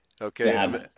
Okay